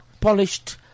polished